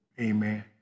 amen